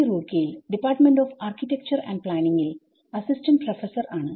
റൂർകീ യിൽ department of architecture and planning ൽഅസിസ്റ്റന്റ് professor ആണ്